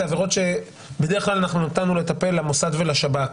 זה עבירות שבדרך כלל נתנו לטפל למוסד ולשב"כ